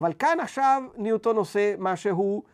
‫אבל כאן עכשיו ניוטון עושה ‫מה שהוא